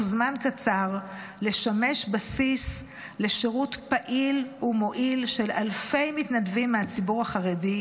זמן קצר לשמש בסיס לשירות פעיל ומועיל של אלפי מתנדבים מהציבור החרדי,